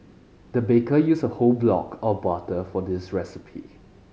the baker used a whole block of butter for this recipe